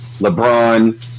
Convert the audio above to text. LeBron